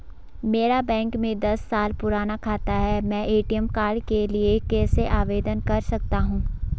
मेरा बैंक में दस साल पुराना खाता है मैं ए.टी.एम कार्ड के लिए कैसे आवेदन कर सकता हूँ?